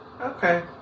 Okay